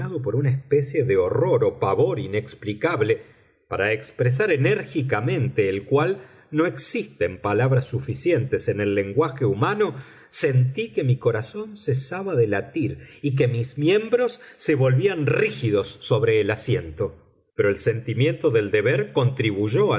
por una especie de horror o pavor inexplicable para expresar enérgicamente el cual no existen palabras suficientes en el lenguaje humano sentí que mi corazón cesaba de latir y que mis miembros se volvían rígidos sobre el asiento pero el sentimiento del deber contribuyó al